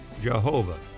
Jehovah